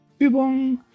Übung